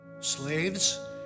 Slaves